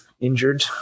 Injured